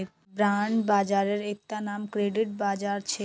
bond बाजारेर एकता नाम क्रेडिट बाजार छेक